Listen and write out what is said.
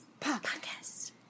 podcast